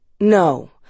No